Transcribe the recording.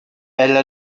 elle